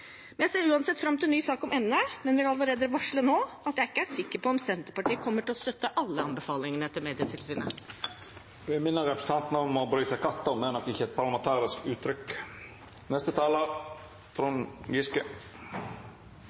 Jeg ser uansett fram til en ny sak om emnet, men vil varsle allerede nå at jeg ikke er sikker på om Senterpartiet kommer til å støtte alle anbefalingene til Medietilsynet. Presidenten vil minna representanten om at «å bry seg katta om» nok ikkje er eit parlamentarisk uttrykk.